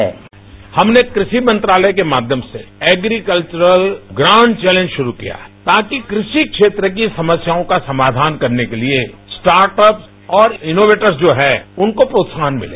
sound bite हमने कृषि मंत्रालय के माध्यम से एग्रीकल्चर ग्रांड चौनल शुरू किया ताकि कृषि क्षेत्र की समस्याओं का समाधान करने के लिए स्टार्टअप और इनोवेटर्स जो है उनको प्रोत्साहन मिले